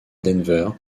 denver